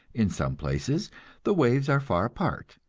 in some places the waves are far apart,